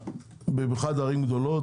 במיוחד ערים גדולות.